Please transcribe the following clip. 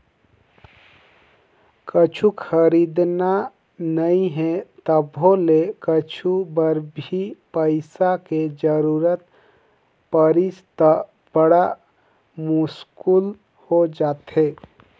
कुछु खरीदना नइ हे तभो ले कुछु बर भी पइसा के जरूरत परिस त बड़ मुस्कुल हो जाथे